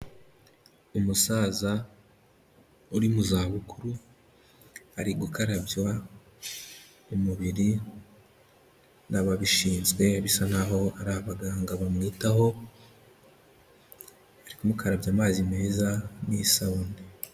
Umusaza uri mu zabukuru. Ari gukarabywa umubiri n'ababishinzwe bisa naho ari abaganga bamwitaho bari kumukarabya amazi meza n'isabune.